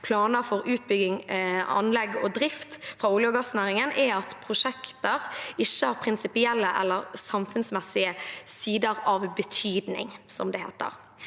planer for utbygging, anlegg og drift fra olje- og gassnæringen, er at prosjekter ikke har «prinsipielle eller samfunnsmessige sider av betydning»,